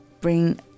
bring